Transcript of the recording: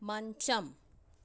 మంచం